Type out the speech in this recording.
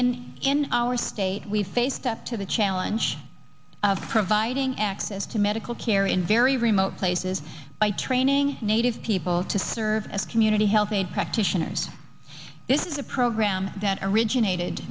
in in our state we've faced up to the challenge of providing access to medical care in very remote places by training native people to serve as community health aide practitioners this is a program that originated